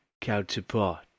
counterpart